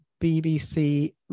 bbc